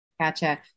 Gotcha